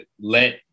let